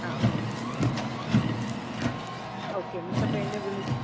ആ ആ okay miss അപ്പോൾ എന്നെ വിളി